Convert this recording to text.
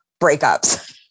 breakups